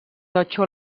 totxo